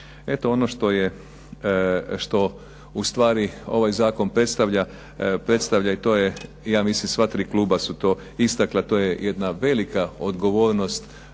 što je, što ustvari ovaj zakon predstavlja, predstavlja i to je ja mislim sva 3 kluba su to istakla, to je jedna velika odgovornost